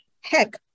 heck